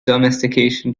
domestication